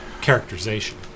characterization